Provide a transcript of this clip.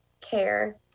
care